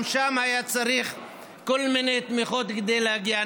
גם שם היה צריך כל מיני תמיכות כדי להגיע.